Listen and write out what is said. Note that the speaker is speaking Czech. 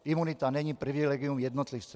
Imunita není privilegium jednotlivce.